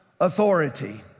authority